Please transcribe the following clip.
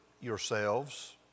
yourselves